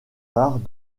arts